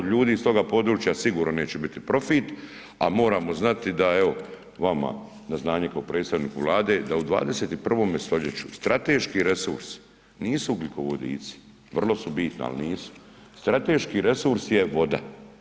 Od ljudi iz toga područja sigurno neće biti profit a moramo znati da evo, vama na znanje potpredsjedniku Vlade, da u 21. st. strateški resurs nisu ugljikovodici, vrlo su bitni ali nisu, strateški resurs je voda.